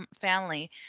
family